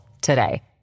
today